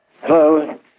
Hello